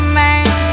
man